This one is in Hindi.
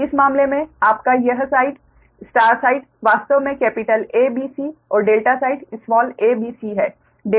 तो इस मामले में आपका यह साइड स्टार साइड वास्तव में केपिटल A B C और delta side small a b c है